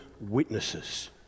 witnesses